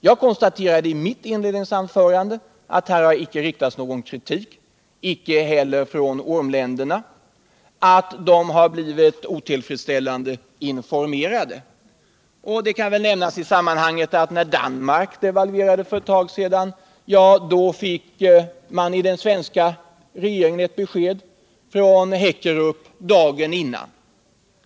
Jag konstaterade i mitt inledningsanförande att det inte har riktats någon kritik därifrån, och inte heller från ormländerna, mot otillfredsställande information. I det sammanhanget kan nämnas att när Danmark för ett tag sedan devalverade fick den svenska regeringen ett besked från Haekkerup dagen innan.